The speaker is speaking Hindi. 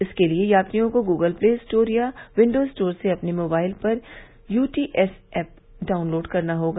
इसके लिए यात्रियों को ग्गल प्ले स्टोर या किंडो स्टोर से अपने मोबाइल पर U T S app download करना होगा